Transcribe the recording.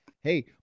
Hey